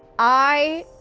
i.